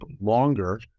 longer